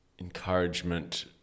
encouragement